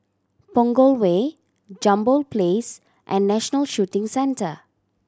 Punggol Way Jambol Place and National Shooting Centre